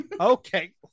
okay